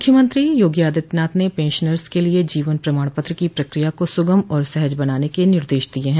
मुख्यमंत्री योगी आदित्यनाथ ने पेंशनर्स के लिये जीवन प्रमाण पत्र की प्रक्रिया को सुगम और सहज बनाने के निर्देश दिये हैं